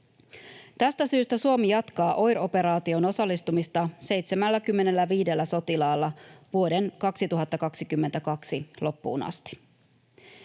Tästä syystä Suomi jatkaa OIR-operaatioon osallistumista 75 sotilaalla vuoden 2022 loppuun asti.